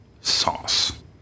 sauce